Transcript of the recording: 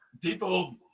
people